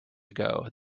ago